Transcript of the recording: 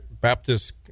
Baptist